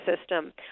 system